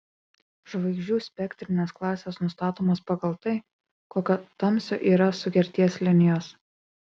žvaigždžių spektrinės klasės nustatomos pagal tai kokio tamsio yra sugerties linijos